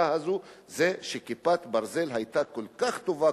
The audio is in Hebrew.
הזאת זה ש"כיפת ברזל" היתה כל כך טובה,